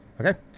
Okay